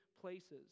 places